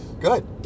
Good